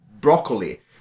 broccoli